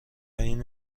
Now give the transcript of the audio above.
این